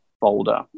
folder